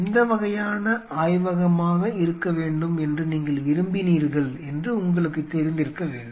எந்த வகையான ஆய்வகமாக இருக்க வேண்டும் என்று நீங்கள் விரும்பினீர்கள் என்று உங்களுக்குத் தெரிந்திருக்க வேண்டும்